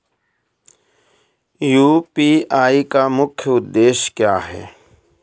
UPI का मुख्य उद्देश्य क्या है?